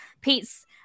pete's